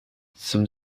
zum